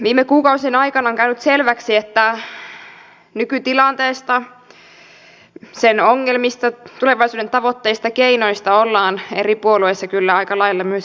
viime kuukausien aikana on käynyt selväksi että nykytilanteesta sen ongelmista tulevaisuuden tavoitteista ja keinoista ollaan eri puolueissa kyllä aika lailla myös eri mieltä